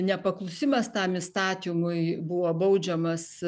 nepaklusimas tam įstatymui buvo baudžiamas